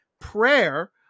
prayer